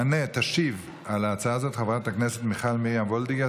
תשיב על ההצעה הזאת חברת הכנסת מיכל מרים וולדיגר,